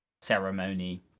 ceremony